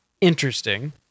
interesting